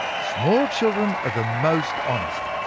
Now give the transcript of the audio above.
small children are the most honest.